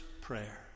prayer